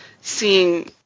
seeing